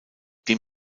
dem